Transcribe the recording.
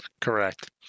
Correct